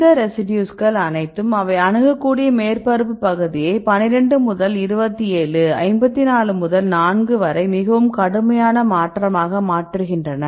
இந்த ரெசிடியூஸ்கள் அனைத்தும் அவை அணுகக்கூடிய மேற்பரப்பு பகுதியை 12 முதல் 27 54 முதல் 4 வரை மிகவும் கடுமையான மாற்றமாக மாற்றுகின்றன